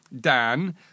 Dan